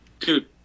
Dude